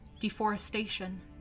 deforestation